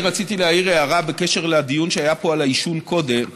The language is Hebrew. אני רציתי להעיר הערה בקשר לדיון שהיה פה על העישון קודם.